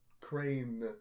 Crane